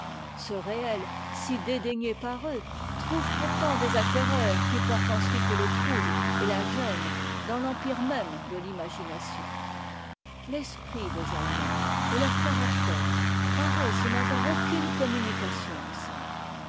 ce rée si dédaigné par eux trouve pourtant des acquéreurs qui portent ensuite le trouble et la gêne dans l'empire même de l'imagination l'esprit des allemands et leur caractère paraissent n'avoir aucune communication ensemble